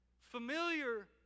familiar